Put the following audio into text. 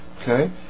Okay